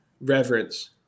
reverence